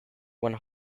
when